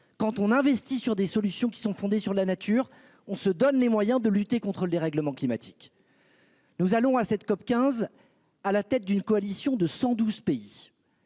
quand on investit sur des solutions qui sont fondées sur la nature, on se donne les moyens de lutter contre le dérèglement climatique. Nous allons à cette COP 15 à la tête d'une coalition de 112 pays.